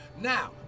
Now